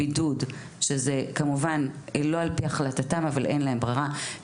החלטתם אבל אין להם ברירה,